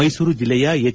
ಮೈಸೂರು ಜಿಲ್ಲೆಯ ಎಚ್